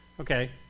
okay